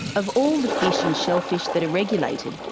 of all the fish and shellfish that are regulated,